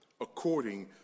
according